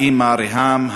האימא ריהאם,